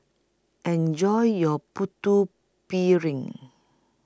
Enjoy your Putu Piring